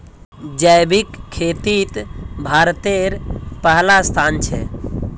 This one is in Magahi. जैविक खेतित भारतेर पहला स्थान छे